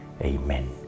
Amen